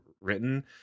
written